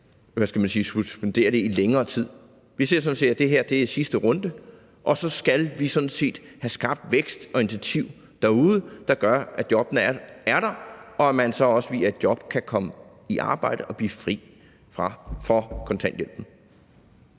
vi skal suspendere det i længere tid. Vi ser, at det her er sidste runde, og så skal vi have skabt vækst og initiativ derude, der gør, at jobbene er der, og at man så også kan få et job og komme i arbejde og blive fri for kontanthjælpen.